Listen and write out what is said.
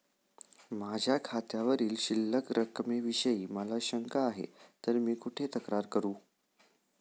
माझ्या खात्यावरील शिल्लक रकमेविषयी मला शंका आहे तर मी कुठे तक्रार करू?